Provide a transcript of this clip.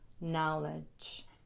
knowledge